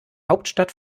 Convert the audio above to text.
hauptstadt